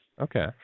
Okay